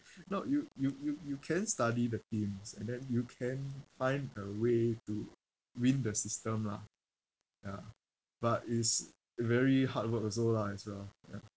no you you you you can study the teams and then you can find a way to win the system lah ya but it's a very hard work also lah as well ya